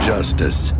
Justice